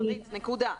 נקודה.